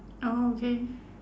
oh okay